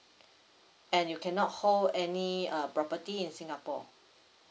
and you cannot hold any uh property in singapore